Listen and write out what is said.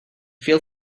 feel